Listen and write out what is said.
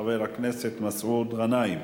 חבר הכנסת מסעוד גנאים,